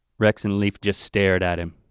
rex and leaf just started at him.